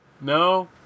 No